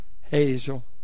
Hazel